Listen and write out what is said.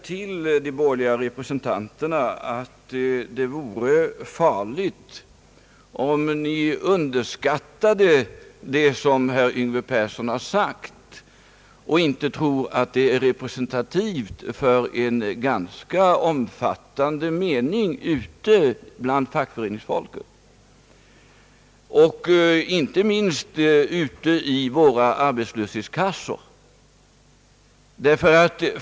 Till de borgerliga representanterna skulle jag vilja säga, att det vore farligt om ni underskattade det som herr Yngve Persson har sagt och inte tror att det är representativt för en ganska omfattande mening bland fackföreningsfolket, och inte minst hos våra arbets löshetskassor.